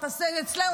תעשו אצלנו,